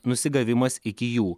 nusigavimas iki jų